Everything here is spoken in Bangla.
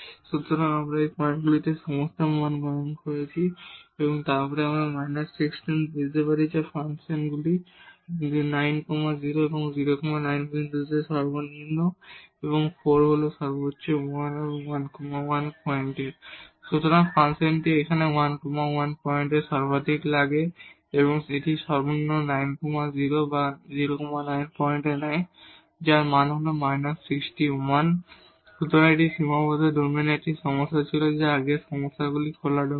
সুতরাং এখানে আমরা এই পয়েন্টগুলিতে এই সমস্ত মান গণনা করেছি এবং তারপর আমরা এই −16 বুঝতে পারি যা ফাংশনটি 9 0 এবং 0 9 বিন্দুতে মিনিমাম এবং এই 4 হল মাক্সিমাম 1 11 পয়েন্টে